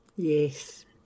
Yes